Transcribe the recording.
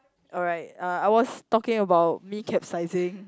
alright uh I was talking about me capsising